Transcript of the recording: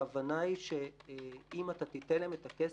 ההבנה היא שאם אתה תיתן להם את הכסף,